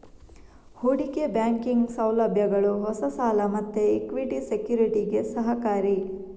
ಹೂಡಿಕೆ ಬ್ಯಾಂಕಿಂಗ್ ಸೌಲಭ್ಯಗಳು ಹೊಸ ಸಾಲ ಮತ್ತೆ ಇಕ್ವಿಟಿ ಸೆಕ್ಯುರಿಟಿಗೆ ಸಹಕಾರಿ